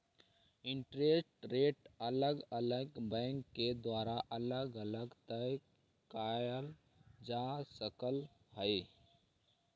interest rate अलग अलग bank के द्वारा अलग अलग तय कईल जा सकऽ हई